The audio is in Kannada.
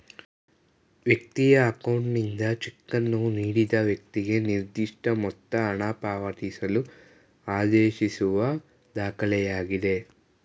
ವ್ಯಕ್ತಿಯ ಅಕೌಂಟ್ನಿಂದ ಚೆಕ್ಕನ್ನು ನೀಡಿದ ವ್ಯಕ್ತಿಗೆ ನಿರ್ದಿಷ್ಟಮೊತ್ತ ಹಣಪಾವತಿಸಲು ಆದೇಶಿಸುವ ದಾಖಲೆಯಾಗಿದೆ